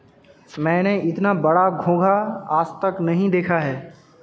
मैंने इतना बड़ा घोंघा आज तक नही देखा है